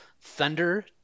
thunder